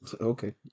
Okay